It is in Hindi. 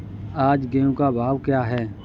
आज गेहूँ का भाव क्या है?